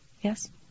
Yes